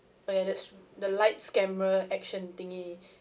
oh ya that's the lights camera action thingy